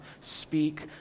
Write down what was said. speak